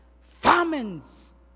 famines